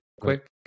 quick